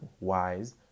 wise